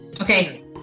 okay